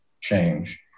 change